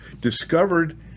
discovered